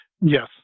Yes